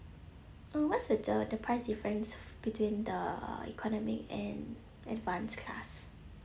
uh what's the the price difference between the uh economy and advance class